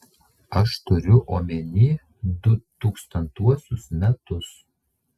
aš turiu omeny du tūkstantuosius metus